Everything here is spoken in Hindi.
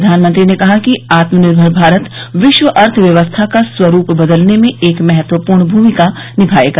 प्रधानमंत्री ने कहा कि आत्मनिर्भर भारत विश्व अर्थव्यवस्था का स्वरूप बदलने में एक महत्वपूर्ण भूमिका निभाएगा